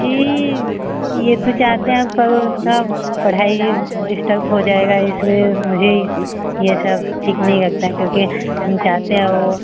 जी यह तो चाहते हैं पर उसकी पढ़ाई डिस्टर्प हो जाएगी इसलिए मुझे ही यह सब ठीक नहीं लगता है क्योंकि हम चाहते है वह